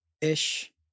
Ish